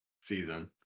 season